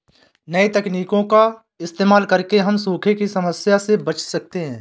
नई तकनीकों का इस्तेमाल करके हम सूखे की समस्या से बच सकते है